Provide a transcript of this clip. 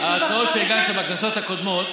אחמד טיבי, ההצעות שהגשת בכנסות הקודמות